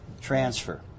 transfer